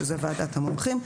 שזה ועדת המומחים,